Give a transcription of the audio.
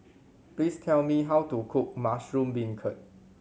please tell me how to cook mushroom beancurd